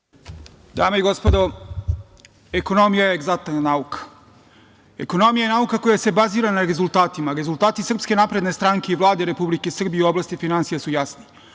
Dame i gospodo, ekonomija je egzaktna nauka. Ekonomija je nauka koja se bazira na rezultatima. Rezultati SNS i Vlade Republike Srbije u oblasti finansija su jasni,